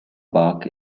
bark